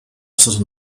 certain